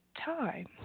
time